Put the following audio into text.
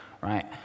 right